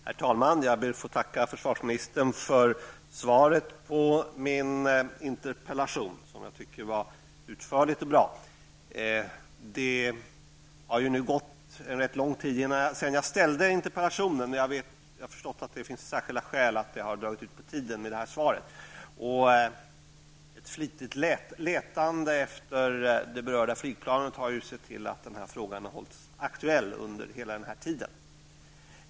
Herr talman! Jag ber att få tacka försvarsministern för svaret på min interpellation, som var utförligt och bra. Det har nu gått en rätt lång tid sedan jag ställde interpellationen, och jag har förstått att det har funnits särskilda skäl till att svaret har dragit ut på tiden. Ett flitigt letande efter det berörda flygplanet har ju sett till att den här frågan har hållits aktuell under hela tiden.